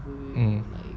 mm